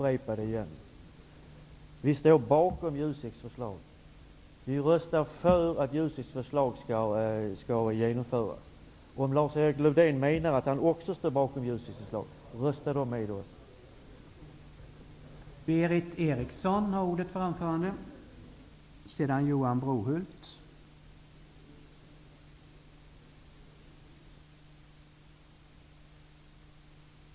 Herr talman! Det är väldigt konstigt att jag skall behöva upprepa det igen. Vi står bakom JUSEK:s förslag. Vi röstar för att JUSEK:s förslag skall genomföras. Jag uppmanar Lars-Erik Lövdén att rösta med oss, om han menar att han också står bakom JUSEK:s förslag.